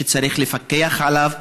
שצריך לפקח עליו,